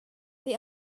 this